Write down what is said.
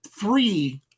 three –